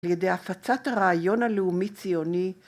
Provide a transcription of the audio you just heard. ‫לידי הפצת רעיון הלאומי-ציוני,